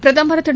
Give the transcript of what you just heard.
பிரதமர் திரு